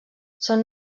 són